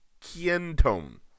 kientone